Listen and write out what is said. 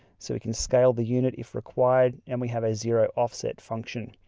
so we can scale the unit if required, and we have a zero offset function.